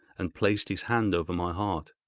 and placed his hand over my heart.